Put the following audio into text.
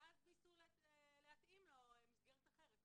ואז ניסו להתאים לו מסגרת אחרת,